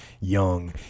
young